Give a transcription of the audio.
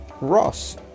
Ross